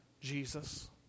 Jesus